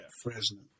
Fresno